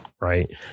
Right